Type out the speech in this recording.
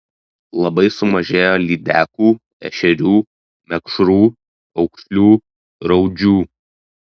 labai sumažėjo lydekų ešerių mekšrų aukšlių raudžių